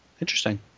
Interesting